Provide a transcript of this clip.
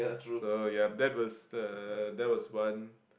so yup that was the that was one